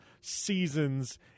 seasons